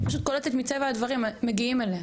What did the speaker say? שפשוט מטבע הדברים מגיעים אליה.